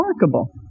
remarkable